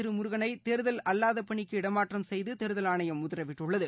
திரு முருகனை தேர்தல் அல்லாத பணிக்கு இடமாற்றம் செய்து தேர்தல் ஆணையம் உத்தரவிட்டுள்ளது